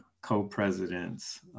co-presidents